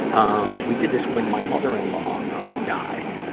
um, we did this when my mother-in-law, ah, died,